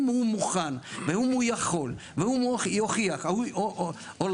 אם הוא מוכן, ואם הוא יכול, ואם הוא יוכיח, הולך.